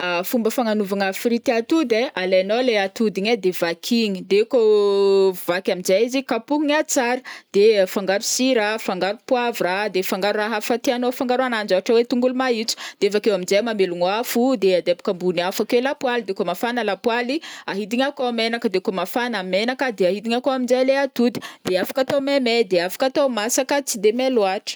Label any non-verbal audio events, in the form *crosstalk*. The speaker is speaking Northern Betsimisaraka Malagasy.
*hesitation* Fomba fagnanovana frite atody ai, alainao le atody igny ai de vakigny, de kô *hesitation* vaky amnjai izy kapohina tsara, de afangaro sira afangaro poivre ah de afangaro raha hafa tianô afangaro ananji ôhatra oe tongolo mahintso, de avakeo amnjai mamelogno afo de adeboka ambony afo ake lapoaly, de kô mafagna lapoaly de ahidigna akao menaka de kô fa mafagna menaka de ahidigna akao amnjai le atody, de afaka atao meimay de afaka atao masaka tsy de may loatra.